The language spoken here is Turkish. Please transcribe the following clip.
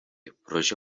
proje